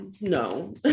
no